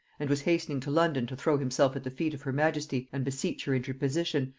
and was hastening to london to throw himself at the feet of her majesty and beseech her interposition,